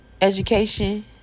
education